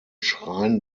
schrein